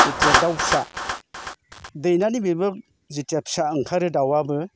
जेथिया दाव फिसा दैनानै बेबो जेथिया फिसा ओंखारो दाउआबो